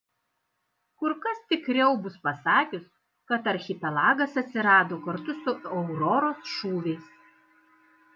kur kas tikriau bus pasakius kad archipelagas atsirado kartu su auroros šūviais